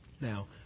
Now